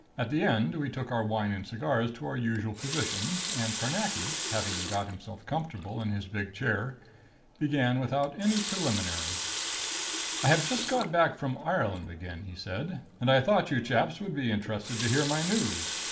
at the end, we took our wine and cigars to our usual positions, and carnacki having got himself comfortable in his big chair began without any preliminary i have just got back from ireland, again, he said. and i thought you chaps would be interested to hear my news.